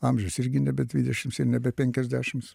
amžius irgi nebe dvidešimts ir nebe penkiasdešimts